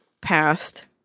passed